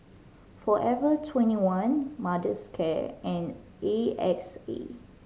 Forever Twenty One Mother's Care and A X A